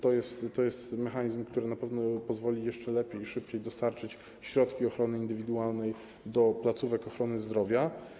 To jest mechanizm, który na pewno pozwoli jeszcze lepiej i szybciej dostarczyć środki ochrony indywidualnej do placówek ochrony zdrowia.